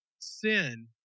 sin